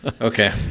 Okay